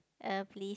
uh please